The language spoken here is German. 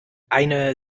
eine